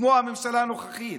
כמו הממשלה הנוכחית,